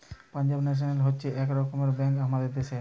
Punjab national হচ্ছে এক রকমের ব্যাঙ্ক আমাদের দ্যাশের